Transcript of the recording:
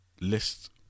list